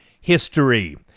history